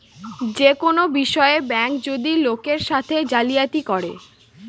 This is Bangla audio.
যে কোনো বিষয়ে ব্যাঙ্ক যদি লোকের সাথে জালিয়াতি করে